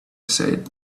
said